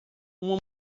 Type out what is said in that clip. uma